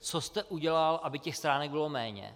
Co jste udělal, aby těch stránek bylo méně?